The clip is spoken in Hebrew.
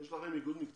יש לכם איגוד מקצועי?